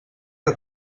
que